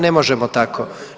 Ne možemo tako.